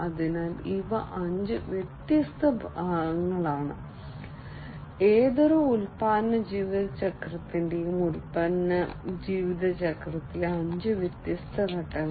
അതിനാൽ ഇവ അഞ്ച് വ്യത്യസ്ത ഭാഗങ്ങളാണ് ഏതൊരു ഉൽപ്പന്ന ജീവിതചക്രത്തിന്റെയും ഉൽപ്പന്ന ജീവിതചക്രത്തിലെ അഞ്ച് വ്യത്യസ്ത ഘട്ടങ്ങൾ